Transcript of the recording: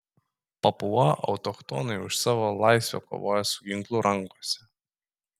papua autochtonai už savo laisvę kovoja su ginklu rankose